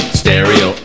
stereo